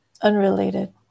Unrelated